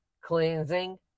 cleansing